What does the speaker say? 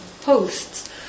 posts